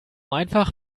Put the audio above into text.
einfach